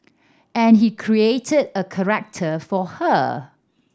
and he created a corrector for her